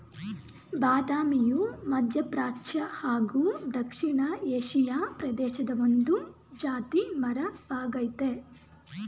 ಬಾದಾಮಿಯು ಮಧ್ಯಪ್ರಾಚ್ಯ ಹಾಗೂ ದಕ್ಷಿಣ ಏಷಿಯಾ ಪ್ರದೇಶದ ಒಂದು ಜಾತಿ ಮರ ವಾಗಯ್ತೆ